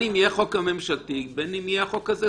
אם יהיה החוק הממשלתי ובין אם יהיה החוק הזה.